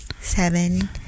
Seven